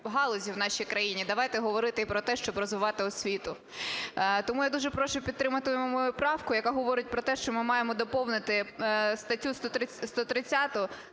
галузі в наші країні, давайте говорити і про те, щоб розвивати освіту. Тому я дуже прошу підтримати мою правку, яка говорить про те, що ми маємо доповнити статтю 130